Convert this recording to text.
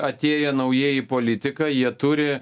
atėję naujai į politiką jie turi